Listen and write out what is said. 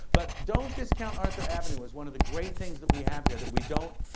but don't discount arthur avenue as one of the great things that we have here that we don't,